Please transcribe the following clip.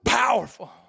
powerful